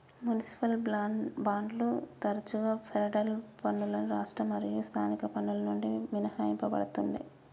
municipal బాండ్లు తరచుగా federal పన్నులు రాష్ట్ర మరియు స్థానిక పన్నుల నుండి మినహాయించబడతుండే